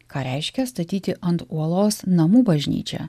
ką reiškia statyti ant uolos namų bažnyčią